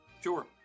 sure